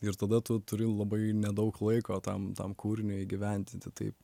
ir tada tu turi labai nedaug laiko tam tam kūriniui įgyvendinti tai